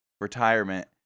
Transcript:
retirement